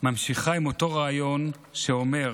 ממשיכה עם אותו רעיון שאומר